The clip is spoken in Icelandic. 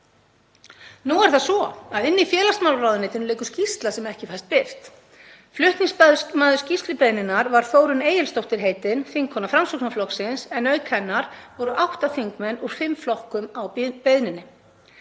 Nú er það svo að í félagsmálaráðuneytinu liggur skýrsla sem ekki fæst birt. Flutningsmaður skýrslubeiðninnar var Þórunn Egilsdóttir heitin, þingkona Framsóknarflokksins, en auk hennar voru átta þingmenn úr fimm flokkum á beiðninni.